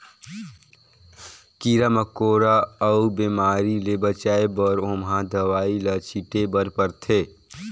कीरा मकोरा अउ बेमारी ले बचाए बर ओमहा दवई ल छिटे बर परथे